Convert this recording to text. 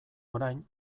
orain